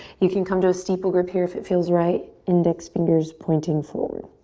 you can come to a steeple grip here if it feels right. index fingers pointing forward.